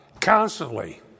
constantly